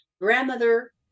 Grandmother